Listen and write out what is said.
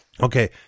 okay